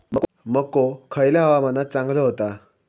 मको खयल्या हवामानात चांगलो होता?